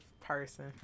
person